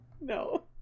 No